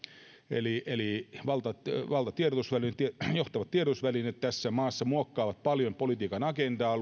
eli eli johtavat tiedotusvälineet tässä maassa muokkaavat paljon politiikan agendaa